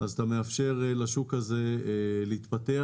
אתה מאפשר לשוק הזה להתפתח,